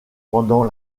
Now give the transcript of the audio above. pendant